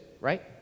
right